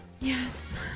Yes